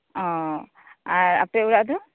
ᱚ ᱟᱨ ᱟᱯᱮ ᱚᱲᱟᱜ ᱫᱚ